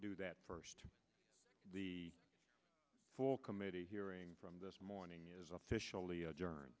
do that first the full committee hearing from this morning is officially a